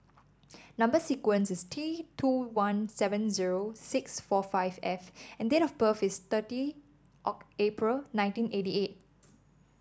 number sequence is T two one seven zero six four five F and date of birth is thirty April nineteen eighty eight